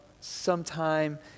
sometime